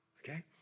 okay